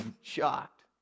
shocked